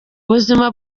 ubuzima